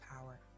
power